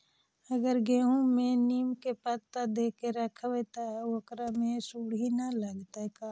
अगर गेहूं में नीम के पता देके यखबै त ओकरा में सुढि न लगतै का?